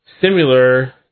similar